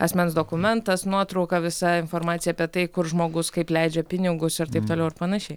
asmens dokumentas nuotrauka visa informacija apie tai kur žmogus kaip leidžia pinigus ir taip toliau ir panašiai